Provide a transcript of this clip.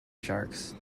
sharks